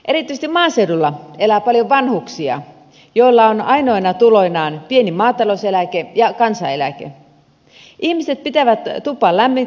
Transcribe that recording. erityisesti maaseudulla elää paljon vanhuksia joilla on ainoina tuloinaan pieni maatalouseläke ja kansaneläke